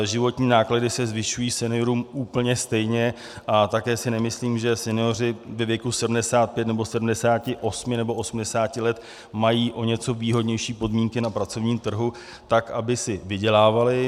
Životní náklady se zvyšují seniorům úplně stejně a také si nemyslím, že senioři ve věku 75 nebo 78 nebo 80 let mají o něco výhodnější podmínky na pracovním trhu tak, aby si vydělávali.